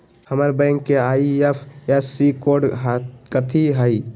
हमर बैंक के IFSC code कथि हई?